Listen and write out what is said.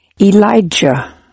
Elijah